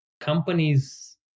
companies